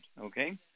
okay